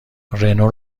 رنو